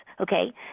Okay